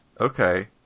Okay